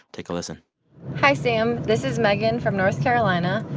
take a listen hi, sam. this is megan from north carolina.